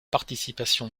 participation